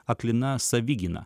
aklina savigyna